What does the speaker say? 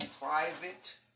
private